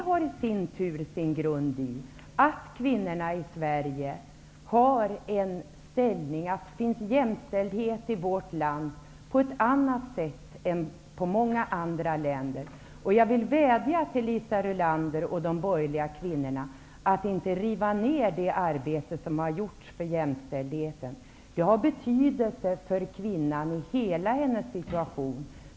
Det i sin tur har sin grund i att kvinnorna i Sverige har en annan ställning -- jag tänker då på jämställdheten i vårt land -- än vad som gäller i många andra länder. Jag vädjar till Liisa Rulander och de borgerliga kvinnorna: Riv inte ner vad som gjorts för jämställdheten. Det har betydelse för kvinnan och hela hennes situation.